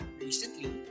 recently